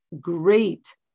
great